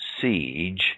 siege